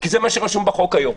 כי זה מה שרשום בחוק היום.